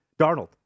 Darnold